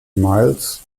miles